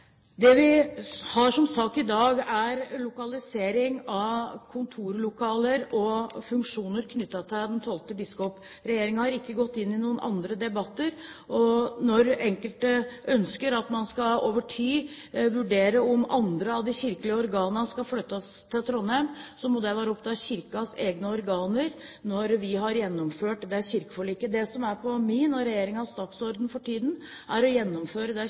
Det vi har som sak i dag, er lokalisering av kontorlokaler og funksjoner knyttet til den tolvte biskop. Regjeringen har ikke gått inn i noen andre debatter. Når enkelte ønsker at man over tid skal vurdere om andre av de kirkelige organene skal flyttes til Trondheim, vil jeg si at det må være opp til Kirkens egne organer når vi har gjennomført kirkeforliket. Det som er på min og regjeringens dagsorden for tiden, er å gjennomføre det